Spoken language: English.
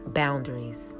boundaries